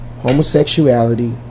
homosexuality